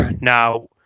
Now